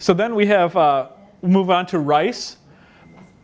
so then we have move on to rice